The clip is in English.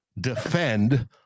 defend